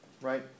right